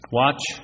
watch